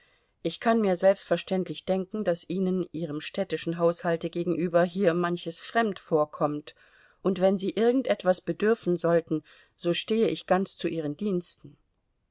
ich kann mir selbstverständlich denken daß ihnen ihrem städtischen haushalte gegenüber hier manches fremd vorkommt und wenn sie irgend etwas bedürfen sollten so stehe ich ganz zu ihren diensten